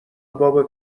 بابا